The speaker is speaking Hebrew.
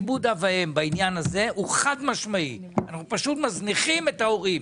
כיבוד האב והאם בעניין הזה הוא חד-משמעי: אנחנו פשוט מזניחים את ההורים,